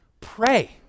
pray